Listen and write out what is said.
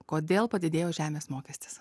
kodėl padidėjo žemės mokestis